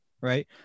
Right